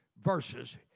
verses